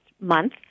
month